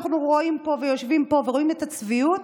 אנחנו יושבים פה ורואים את הצביעות.